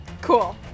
Cool